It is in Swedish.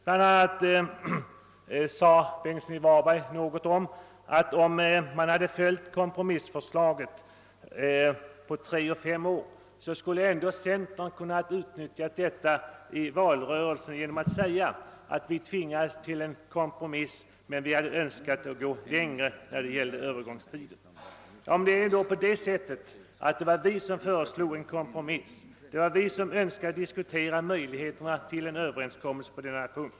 Herr Bengtsson i Varberg exempelvis sade att om man hade följt kompromissförslaget på tre och fem år, skulle centern ändå kunnat utnyttja detta i valrörelsen genom att säga att den tvingats till en kompromiss men hade önskat få längre övergångstid. Men det var ju vi som föreslog en kompromiss, det var vi som önskade diskutera möjligheterna till en överenskommelse.